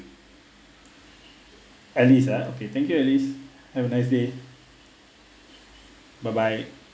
alice uh okay thank you alice have a nice day bye bye